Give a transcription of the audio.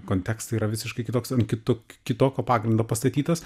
kontekstą yra visiškai kitoks ant kito kitokio pagrindo pastatytas